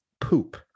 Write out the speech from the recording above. poop